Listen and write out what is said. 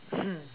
hmm